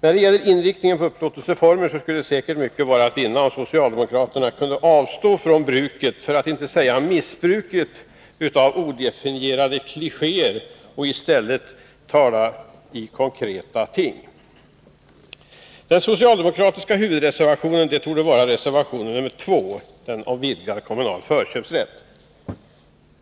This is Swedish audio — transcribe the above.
När det gäller inriktningen på upplåtelseformer skulle säkert mycket vara att vinna, om socialdemokraterna kunde avstå från bruket — eller snarare missbruket — av odefinierade klichéer och i stället talade om konkreta ting. Den socialdemokratiska huvudreservationen torde vara reservation 2 om vidgad kommunal förköpsrätt.